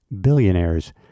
billionaires